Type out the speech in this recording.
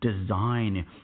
design